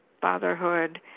fatherhood